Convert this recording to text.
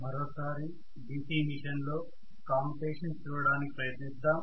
మరోసారి DC machine లో commutation చూడటానికి ప్రయత్నిద్దాం